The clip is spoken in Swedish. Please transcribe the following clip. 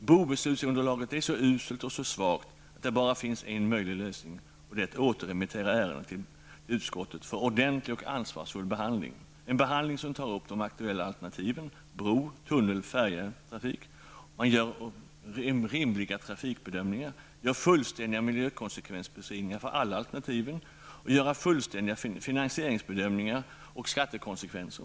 Brobeslutsunderlaget är så uselt och svagt att det bara finns en möjlig lösning, och det är att återremittera ärendet till utskottet för en ordentlig och ansvarsfull behandling. Det skall vara en behandling som tar upp de aktuella alternativen: bro, tunnel och färjetrafik. Man skall göra rimliga trafikbedömningar, fullständiga miljökonsekvensbeskrivningar för alla alternativen och fullständiga finansieringsbedömningar och bedömningar av skattekonsekvenser.